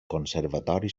conservatori